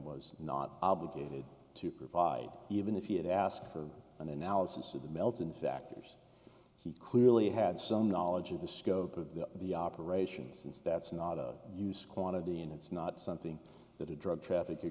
was not obligated to provide even if you had asked for an analysis of the melton factors he clearly had some knowledge of the scope of the operations since that's not of use quantity and it's not something that a drug traffick